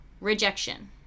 rejection